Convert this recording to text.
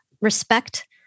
respect